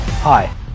Hi